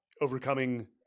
overcoming